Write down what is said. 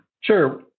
Sure